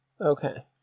Okay